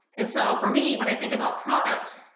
and so for me, when i think about product,